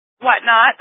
Whatnot